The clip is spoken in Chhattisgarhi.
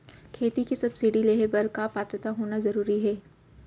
खेती के सब्सिडी लेहे बर का पात्रता होना जरूरी हे?